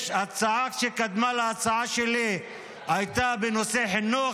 ההצעה שקדמה להצעה שלי הייתה בנושא חינוך,